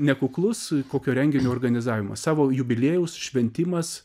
nekuklus kokio renginio organizavimas savo jubiliejaus šventimas